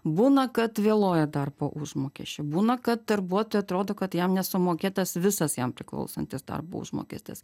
būna kad vėluoja darbo užmokesčio būna kad darbuotojai atrodo kad jam nesumokėtas visas jam priklausantis darbo užmokestis